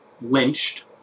lynched